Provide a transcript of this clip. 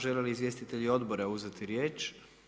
Žele li izvjestitelji odbora uzeti riječ?